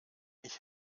ich